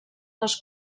les